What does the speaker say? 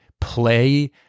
play